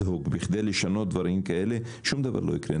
הוק בכדי לשנות דברים כאלה שום דבר לא יקרה,